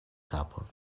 kapon